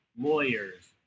lawyers